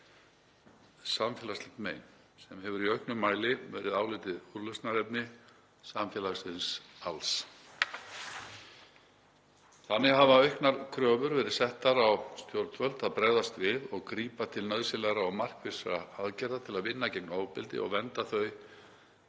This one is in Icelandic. samfélagslegt mein sem hefur í auknum mæli verið álitið úrlausnarefni samfélagsins alls. Þannig hafa auknar kröfur verið settar á stjórnvöld að bregðast við og grípa til nauðsynlegra og markvissra aðgerða til að vinna gegn ofbeldi og vernda þau